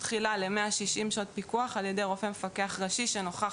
תחילה ל-160 שעות פיקוח על ידי רופא מפקח ראשי שנכח